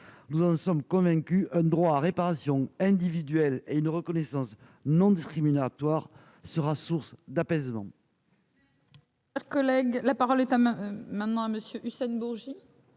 Nous en sommes convaincus, un droit à réparation individuelle et une reconnaissance non discriminatoire seront sources d'apaisement.